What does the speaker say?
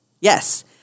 yes